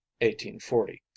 1840